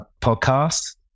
podcast